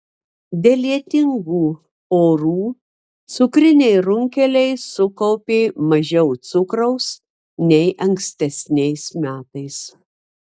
dėl lietingų orų cukriniai runkeliai sukaupė mažiau cukraus nei ankstesniais metais